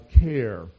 care